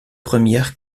première